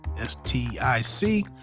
S-T-I-C